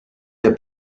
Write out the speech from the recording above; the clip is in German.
der